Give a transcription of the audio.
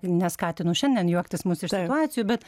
neskatinu šiandien juoktis mus iš situacijų bet